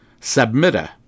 submitter